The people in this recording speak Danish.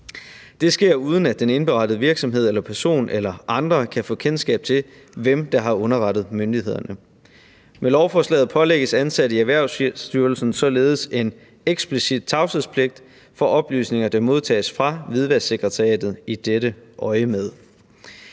Det sker, uden at den indberettede virksomhed eller person eller andre kan få kendskab til, hvem der har underrettet myndighederne. Med lovforslaget pålægges ansatte i Erhvervsstyrelsen således en eksplicit tavshedspligt for oplysninger, der modtages fra Hvidvasksekretariatet i dette øjemed.